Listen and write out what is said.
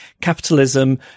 Capitalism